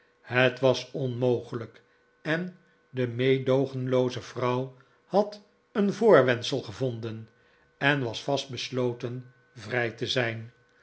het was onmogelijk en de meedoogenlooze vrouw had een voorwendsel gevonden en was vast besloten vrij te zijn